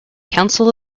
council